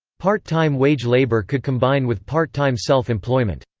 part-time wage labour could combine with part-time self-employment.